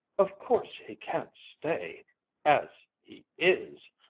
of course he can't stay as he is!